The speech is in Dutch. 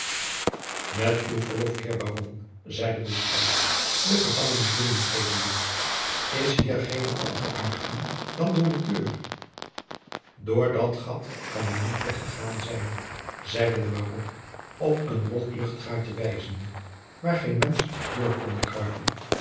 met uw verlof heer baron zeide de schout de gevangenis binnentredende is hier geene andere uitgang dan door de deur door dat gat kan hij niet weggegaan zijn zeide de baron op een rond luchtgaatje wijzende waar geen mensch door konde kruipen